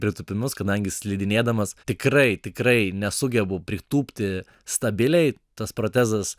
pritūpimus kadangi slidinėdamas tikrai tikrai nesugebu pritūpti stabiliai tas protezas